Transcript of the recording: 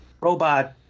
robot